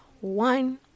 one